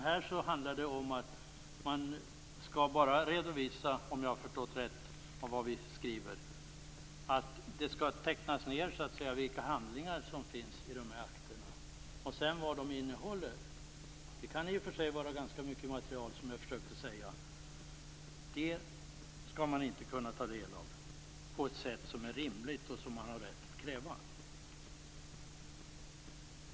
Här handlar det om, om jag har förstått det rätt, att det skall tecknas ned vilka handlingar som finns i dessa akter men vad de sedan innehåller, vilket kan vara ganska mycket, skall man inte kunna ta del av på ett rimligt sätt, vilket man har rätt att kräva.